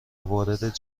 وارد